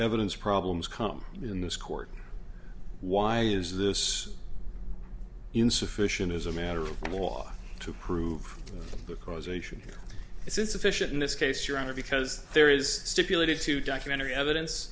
evidence problems come in this court why is this insufficient as a matter of law to prove because a shoe is insufficient in this case your honor because there is stipulated to documentary evidence